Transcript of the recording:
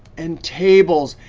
and tables.